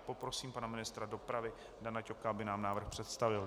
Poprosím pana ministra dopravy Dana Ťoka, aby nám návrh představil.